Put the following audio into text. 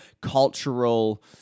cultural